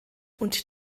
und